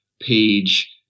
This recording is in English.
page